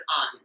on